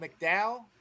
McDowell